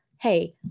hey